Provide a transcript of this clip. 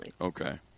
Okay